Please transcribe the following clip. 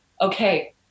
okay